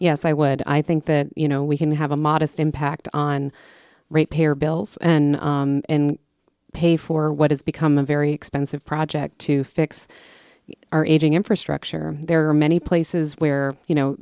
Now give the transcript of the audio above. yes i would i think that you know we can have a modest impact on repair bills and pay for what has become a very expensive project to fix our aging infrastructure there are many places where you know